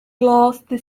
last